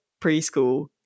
preschool